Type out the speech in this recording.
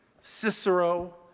Cicero